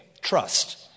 trust